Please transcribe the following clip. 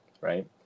Right